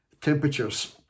temperatures